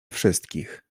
wszystkich